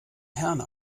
herne